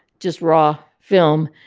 just raw film,